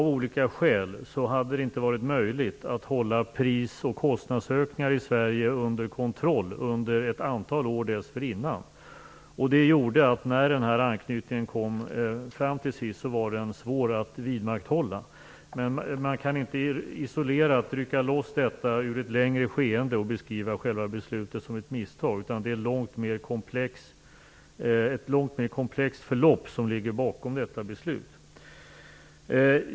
Av olika skäl hade det inte varit möjligt att hålla pris och kostnadsökningar i Sverige under kontroll under ett antal år dessförinnan, och det gjorde att den här anknytningen, när den kom till sist, var svår att vidmakthålla. Man kan inte isolerat rycka loss detta ur ett längre skeende och beskriva själva beslutet som ett misstag, utan det är ett långt mer komplext förlopp som ligger bakom detta beslut.